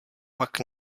pak